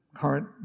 current